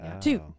Two